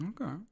Okay